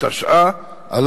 התשע"א 2011,